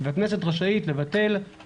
והכנסת רשאית לבטל,